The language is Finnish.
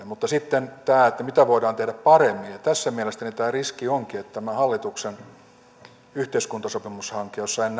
mutta sitten tähän mitä voidaan tehdä paremmin tässä mielestäni riski onkin että tämän hallituksen yhteiskuntasopimushankkeen jossa en